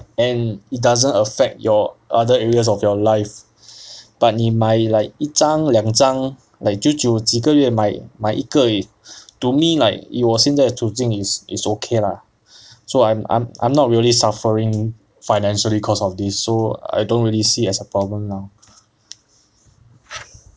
and it doesn't affect your other areas of your life but 你买 like 一张两张 like 久久几个月买买一个而已 to me like 以我现在处境 is is okay lah so I'm I'm I'm not really suffering financially cause of this so I don't really see it as a problem now